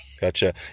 gotcha